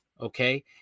okay